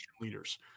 leaders